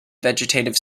vegetative